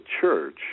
Church